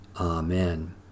Amen